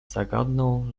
zagadnął